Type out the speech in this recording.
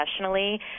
professionally